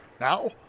Now